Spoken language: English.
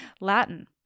Latin